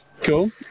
Cool